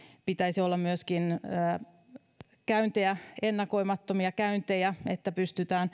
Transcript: pitäisi olla myöskin ennakoimattomia käyntejä että pystytään